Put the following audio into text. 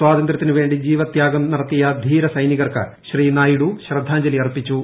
സ്വാതന്ത്ര്യത്തിനു വേണ്ടി ജീവത്യാഗം നടത്തിയ ധീര സൈനികർക്ക് ശ്രീ നായിഡു ശ്രദ്ധാജ്ഞലി അർപ്പിച്ചു